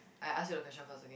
I ask you the question first okay